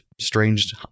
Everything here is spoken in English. strange